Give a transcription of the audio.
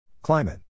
Climate